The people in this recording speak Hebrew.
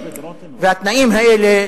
התנאים האלה,